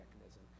mechanism